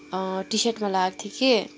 T सर्टमा लगाएको थिएँ कि